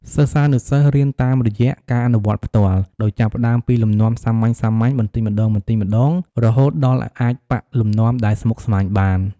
សិស្សានុសិស្សរៀនតាមរយៈ ការអនុវត្តផ្ទាល់ ដោយចាប់ផ្ដើមពីលំនាំសាមញ្ញៗ បន្តិចម្ដងៗ រហូតដល់អាចប៉ាក់លំនាំដែលស្មុគស្មាញបាន។